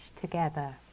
together